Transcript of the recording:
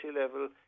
level